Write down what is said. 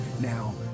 Now